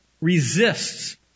resists